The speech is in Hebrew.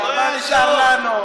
לא יעזור,